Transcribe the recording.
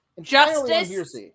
Justice